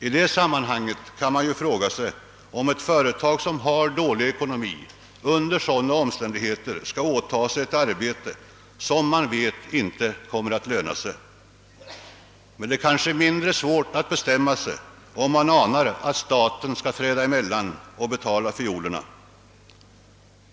I detta sammanhang kan man fråga sig, om ett företag som har dålig ekonomi under sådana förhållanden skall åta sig ett arbete som man vet inte kommer att löna sig. Det kanske är mindre svårt att bestämma sig om man anar att staten skall träda emellan och betala fiolerna.